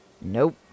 Nope